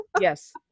yes